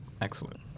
Excellent